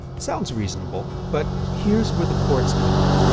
sounds reasonable. but here's where the courts come in.